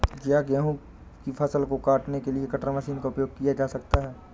क्या गेहूँ की फसल को काटने के लिए कटर मशीन का उपयोग किया जा सकता है?